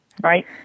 Right